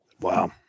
Wow